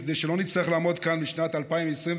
כדי שלא נצטרך לעמוד כאן בשנת 2022,